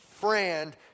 friend